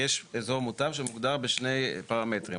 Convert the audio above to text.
יש אזור מוטב שמוגדר בשני פרמטרים.